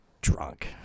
drunk